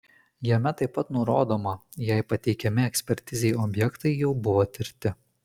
jame taip pat nurodoma jei pateikiami ekspertizei objektai jau buvo tirti